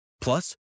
Plus